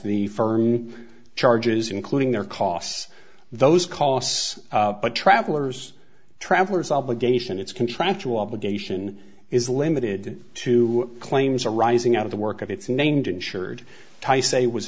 the firm charges including their costs those costs but travelers travellers obligation it's contractual obligation is limited to claims arising out of the work of it's named insured tice a was